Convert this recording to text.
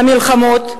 המלחמות,